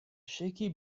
shaky